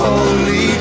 Holy